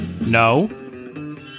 No